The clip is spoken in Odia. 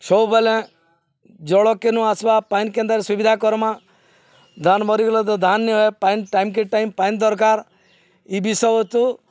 ସବୁବେଲେ ଜଳ କେନୁ ଆସ୍ବା ପାଏନ୍ କେନ୍ତା କରି ସୁବିଧା କର୍ମା ଧାନ୍ ମରିଗଲେ ତ ଧାନ୍ ନିହୁଏ ପାଏନ୍ ଟାଇମ୍କେ ଟାଇମ୍ ପାଏନ୍ ଦର୍କାର୍ ଇ ବିଷୟ ବସ୍ତୁ